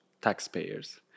taxpayers